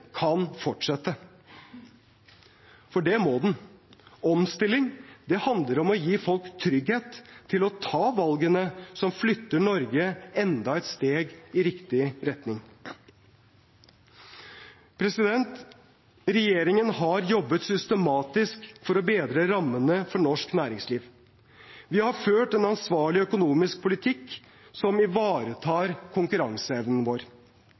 kan fortsette – for det må den. Omstilling handler om å gi folk trygghet til å ta valgene som flytter Norge enda et steg i riktig retning. Regjeringen har jobbet systematisk for å bedre rammene for norsk næringsliv. Vi har ført en ansvarlig økonomisk politikk som ivaretar konkurranseevnen vår.